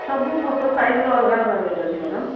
ସବୁ ଫଟୋ ସାଇଜ୍ର ଅଲଗା ଅଲଗା ରେଟ୍ ଅଛି ମ୍ୟାଡମ୍